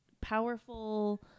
powerful